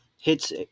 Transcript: hits